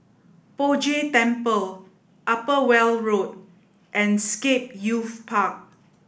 Poh Jay Temple Upper Weld Road and Scape Youth Park